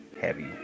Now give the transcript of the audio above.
heavy